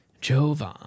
Jovan